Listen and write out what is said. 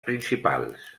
principals